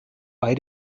bei